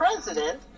president